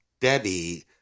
Debbie